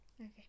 Okay